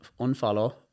Unfollow